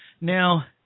Now